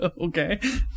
okay